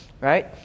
right